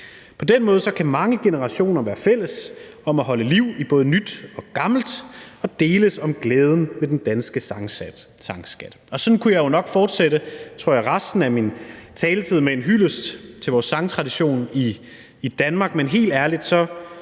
På den måde kan mange generationer være fælles om at holde liv i både nyt og gammelt og deles om glæden ved den danske sangskat. Sådan kunne jeg jo nok fortsætte, tror jeg, resten af min taletid med en hyldest til vores sangtradition i Danmark,